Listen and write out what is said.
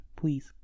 please